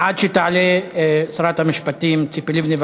עד שתעלה שרת המשפטים ציפי לבני,